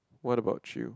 what about you